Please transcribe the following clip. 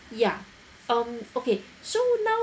ya um okay so now